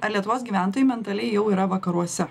ar lietuvos gyventojai mentaliai jau yra vakaruose